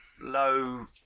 low